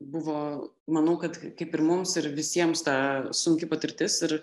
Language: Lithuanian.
buvo manau kad kaip ir mums ir visiems ta sunki patirtis ir